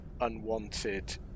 unwanted